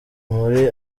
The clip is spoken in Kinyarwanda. muri